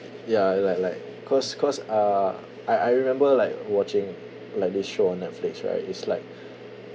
ya like like cause cause uh I I remember like watching like this show on Netflix right is like